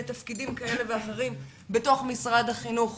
תפקידים כאלה ואחרים בתוך משרד החינוך,